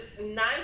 nine